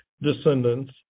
descendants